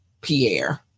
Pierre